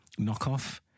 knockoff